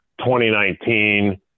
2019